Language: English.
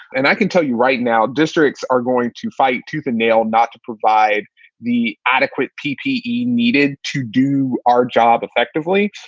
and i can tell you right now, districts are going to fight tooth and nail not to provide the adequate ppe needed to do our job effectively.